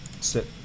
Sit